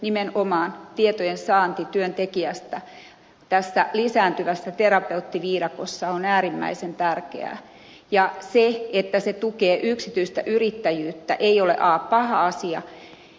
nimenomaan tietojen saanti työntekijästä tässä lisääntyvässä terapeuttiviidakossa on äärimmäisen tärkeää ja se että se tukee yksityistä yrittäjyyttä ei ole paha asia